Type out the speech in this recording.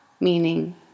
meaning